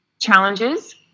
challenges